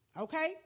okay